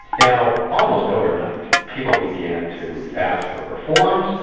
now almost overnight people began to ask for reform,